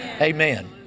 Amen